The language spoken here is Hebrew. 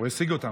הוא השיג אותנו.